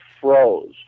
froze